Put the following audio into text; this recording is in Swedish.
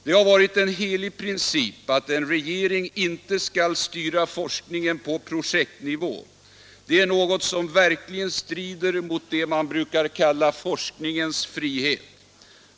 Det har varit en helig princip att en regering inte skall styra forskningen på projektnivå. Det är något som verkligen strider mot det man brukar kalla forskningens frihet.